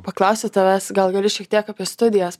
paklausti tavęs gal gali šiek tiek apie studijas